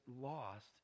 lost